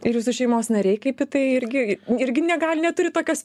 ir jūsų šeimos nariai kaip į tai irgi irgi negali neturi tokios